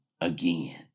again